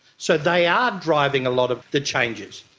so they are driving a lot of the changes.